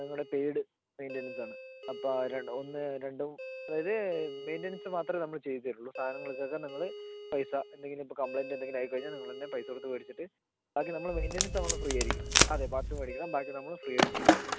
നിങ്ങടെ പെയ്ഡ് മെയ്റ്റനൻസാണ് അപ്പാ ര ഒന്ന് രണ്ട് അതായത് മെയ്റ്റനൻസ് മാത്രമെ നമ്മള് ചെയ്തു തരുള്ളു സാധനങ്ങള് ഇതക്കെ നിങ്ങള് പൈസ എന്തെങ്കിലും ഇപ്പൊൾ കംപ്ലൈൻറ്റ് എന്തെങ്കിലും ആയിക്കഴിഞ്ഞാൽ നിങ്ങളന്നെ പൈസ കൊടുത്ത് മേടിച്ചിട്ട് ബാക്കി നമ്മള് മെയ്റ്റനൻസ് നമ്മള് ഫ്രീ ആയിരിക്കും അതെ പാർട്സ് മേടിക്കണം ബാക്കി നമ്മള് ഫ്രീയായിട്ടു ചെയ്തുതരും